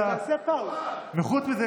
וחוץ מזה,